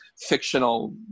fictional